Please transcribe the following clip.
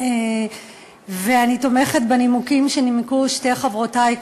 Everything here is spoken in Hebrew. ואני תומכת בנימוקים שנימקו שתי חברותי,